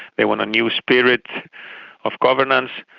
they want a new spirit of governance,